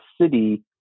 city